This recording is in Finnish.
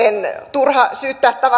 turha syyttää